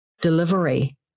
delivery